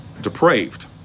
depraved